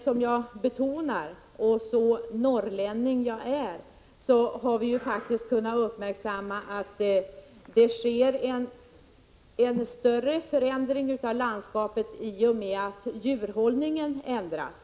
Som jag framhöll, och så norrlänning jag är, har vi kunnat uppmärksamma att det sker en stor förändring av landskapet i och med att djurhållningen ändras.